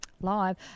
live